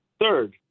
Third